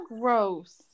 gross